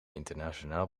internationaal